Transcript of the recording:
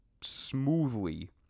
smoothly